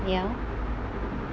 ya